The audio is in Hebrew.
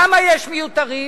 כמה יש מיותרים?